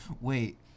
wait